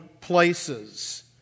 places